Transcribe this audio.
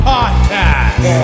Podcast